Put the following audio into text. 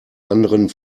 anderen